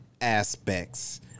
aspects